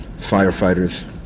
firefighters